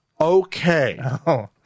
Okay